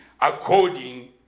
according